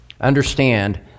understand